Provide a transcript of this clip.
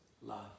love